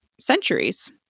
centuries